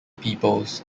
peoples